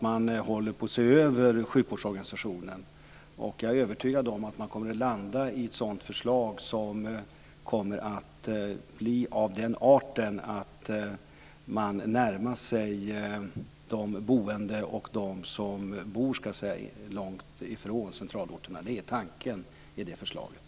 Man håller där på att se över sjukvårdsorganisationen, och jag övertygad om att man kommer att landa i ett förslag som går dem som bor långt från centralorterna till mötes.